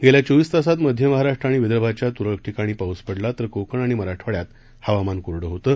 गेल्या चोवीस तासात मध्य महाराष्ट्र आणि विदर्भाच्या तुरळक ठिकाणी पाऊस पडला तर कोकण आणि मराठवाड्यात हवामान कोरडं होतं